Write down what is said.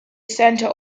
centre